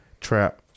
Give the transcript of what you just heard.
trap